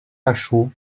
lachaud